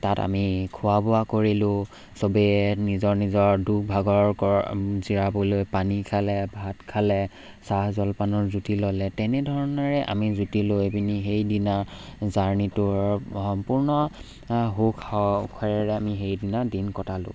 তাত আমি খোৱা বোৱা কৰিলোঁ চবেই নিজৰ নিজৰ দুখ ভাগৰ জিৰাবলৈ পানী খালে ভাত খালে চাহ জলপানৰ জুতি ল'লে তেনেধৰণেৰে আমি জুতি লৈ পিনি সেইদিনা জাৰ্ণিটোৰ সম্পূৰ্ণ সুখ সখেৰেৰে আমি সেইদিনা দিন কটালোঁ